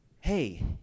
Hey